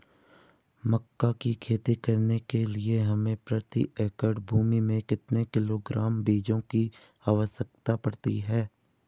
मक्का की खेती करने के लिए हमें प्रति एकड़ भूमि में कितने किलोग्राम बीजों की आवश्यकता पड़ती है?